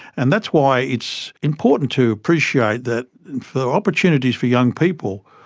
and that's why it's important to appreciate that for opportunities for young people,